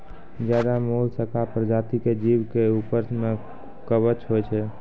ज्यादे मोलसका परजाती के जीव के ऊपर में कवच होय छै